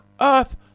Earth